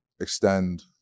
extend